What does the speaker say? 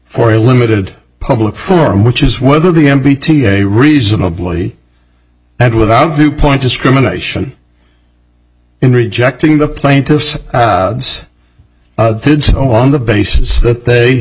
for a limited public forum which is whether the m p t a reasonably and without viewpoint discrimination in rejecting the plaintiffs did so on the basis that they